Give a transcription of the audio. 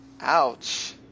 Ouch